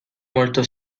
molto